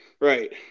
Right